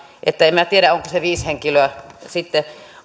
joten en minä tiedä onko se viisi henkilöä sitten